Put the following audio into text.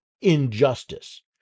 injustice